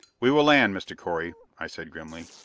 we will land, mr. correy, i said grimly.